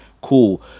Cool